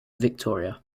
victoria